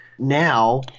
Now